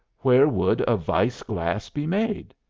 where would a weiss glass be made?